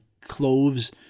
cloves